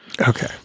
Okay